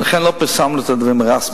ולכן לא פרסמנו את הדברים רשמי,